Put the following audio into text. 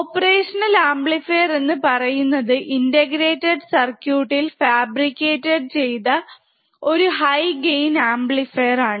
operational amplifier എന്ന് പറയുന്നത് integrated സർക്യൂട്ടിൽ ഫാബ്രിക്കേറ്റഡ് ചെയ്ത ഇത് ഒരു ഹൈ ഗെയിൻ ആംപ്ലിഫയർ ആണ്